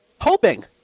hoping